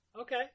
Okay